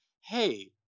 hey